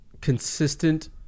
consistent